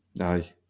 Aye